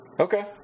Okay